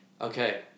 Okay